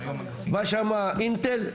בא שמה אינטל,